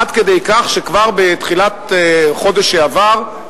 עד כדי כך שכבר בתחילת החודש שעבר,